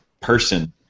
person